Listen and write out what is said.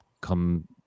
come